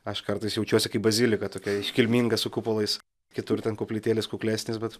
aš kartais jaučiuosi kaip bazilika tokia iškilminga su kupolais kitur ten koplytėlės kuklesnės bet